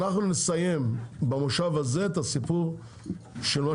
אנחנו נסיים במושב הזה את הסיפור של מה